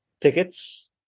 tickets